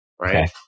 right